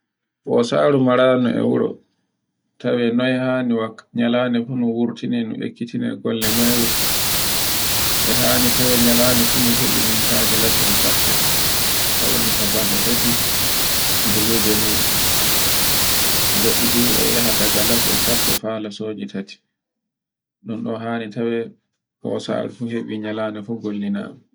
O saru mararun e wuro tawe no hani nyalnde fuu no wurtuni no ekkiti golle mairu. E hani tawe nyande fuu hebi mitaaje las e sappo. Kan woni cappanɗe tati guloje muɗum, boɗɗi du e yaha daga lato sappe faa lo soji tati. Ɗun ɗon hale tawe o sare fu heɓi nyalnde fu gollinaɗun